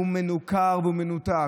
הוא מנוכר והוא מנותק.